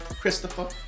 Christopher